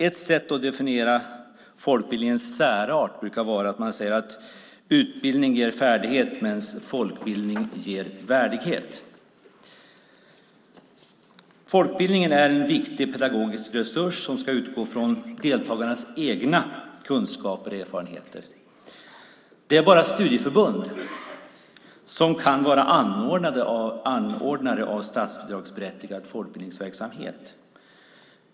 Ett sätt att definiera folkbildningens särart är att säga: Utbildning ger färdighet, medan folkbildning ger värdighet. Folkbildningen är en viktig pedagogisk resurs som ska utgå från deltagarnas egna kunskaper och erfarenheter. Det är bara studieförbund som kan vara anordnare av statsbidragsberättigad folkbildningsverksamhet.